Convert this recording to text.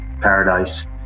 paradise